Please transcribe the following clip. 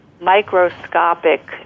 microscopic